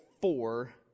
four